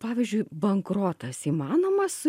pavyzdžiui bankrotas įmanomas